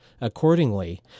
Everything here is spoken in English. Accordingly